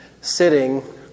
sitting